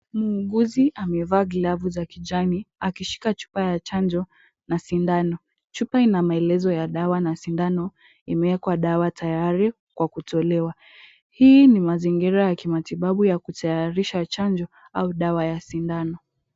Muuguzi amevaa glavu za kijani akishika chupa ya chanjo na sindano. Chupa ina maelezo ya dawa na sindano imewekwa dawa tayari kwa kutolewa. Hii ni mazingira ya kimatibabu ya kutayarisha chanjo au dawa ya sindano.